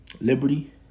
liberty